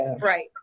right